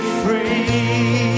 free